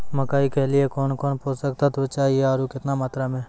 मकई के लिए कौन कौन पोसक तत्व चाहिए आरु केतना मात्रा मे?